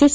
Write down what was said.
S